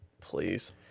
Please